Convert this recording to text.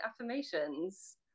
affirmations